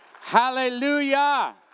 Hallelujah